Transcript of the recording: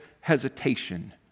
hesitation